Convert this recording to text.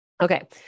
Okay